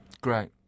Great